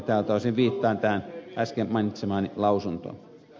tältä osin viittaan tähän äsken mainitsemaani lausuntoon